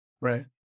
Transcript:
Right